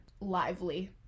Lively